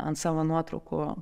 ant savo nuotraukų